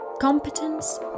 competence